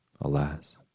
Alas